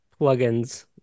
plugins